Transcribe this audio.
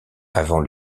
avant